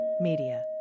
media